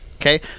Okay